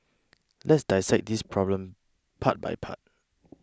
let's dissect this problem part by part